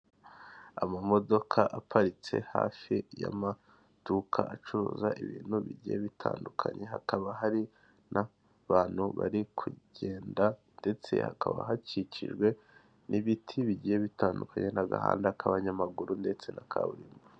Amamodoka aparitse hafi y'amaduka acuruza ibintu bigiye bitandukanye, hakaba hari n'abantu bari kugenda ndetse hakaba hakikijwe n'ibiti bigiye bitandukanye, n'agahanda k'abanyamaguru ndetse na kaburimbo.